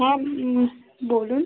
হ্যাঁ বলুন